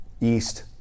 east